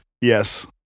Yes